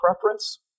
preference